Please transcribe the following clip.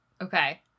Okay